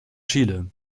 chile